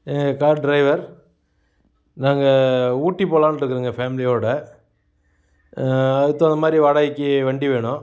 எங்கள் car driver நாங்கள் ஊட்டி போலானுருக்கங்க ஃபேமிலியோடய அதுக்கு தகுந்த மாதிரி வாடகைக்கு வண்டி வேணும்